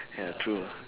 ya true ah